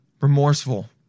Remorseful